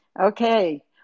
okay